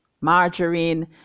margarine